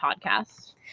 podcast